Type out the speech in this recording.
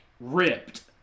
ripped